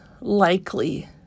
likely